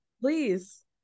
Please